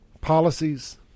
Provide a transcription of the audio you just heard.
policies